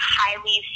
highly